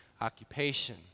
occupation